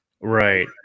Right